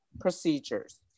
procedures